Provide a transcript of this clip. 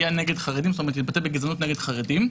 נגד חרדים והתבטא בגזענות נגד חרדים.